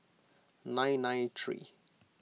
nine nine three